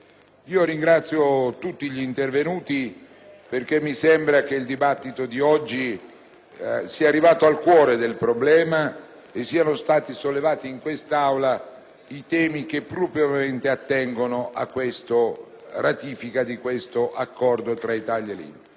ringrazio tutti gli intervenuti perché mi sembra che il dibattito di oggi sia arrivato al cuore del problema e siano stati sollevati in quest'Aula i temi che più propriamente attengono alla ratifica dell'accordo tra Italia e Libia.